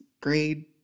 grade